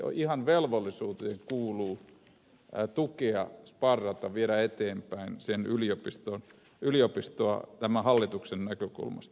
jo ihan velvollisuuteen kuuluu tukea sparrata viedä eteenpäin yliopistoa tämän hallituksen näkökulmasta